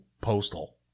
postal